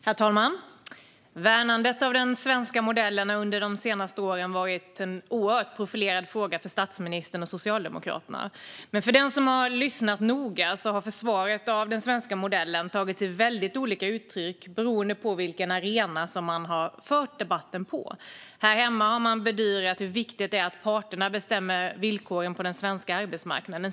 Herr talman! Värnandet av den svenska modellen har under de senaste åren varit en oerhört profilerad fråga för statsministern och Socialdemokraterna. Den som har lyssnat noga har dock kunnat höra att försvaret av den svenska modellen har tagit sig väldigt olika uttryck beroende på vilken arena man har fört debatten på. Här hemma har man bedyrat hur viktigt det är att parterna bestämmer villkoren på den svenska arbetsmarknaden.